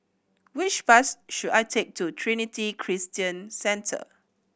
which bus should I take to Trinity Christian Centre